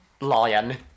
Lion